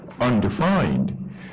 undefined